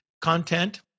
content